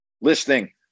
listening